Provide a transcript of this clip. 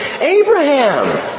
Abraham